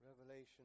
Revelation